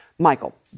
Michael